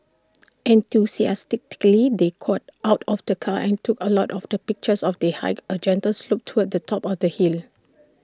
enthusiastically they got out of the car and took A lot of the pictures of they hiked A gentle slope towards the top of the hill